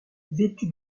vêtu